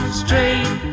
straight